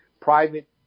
private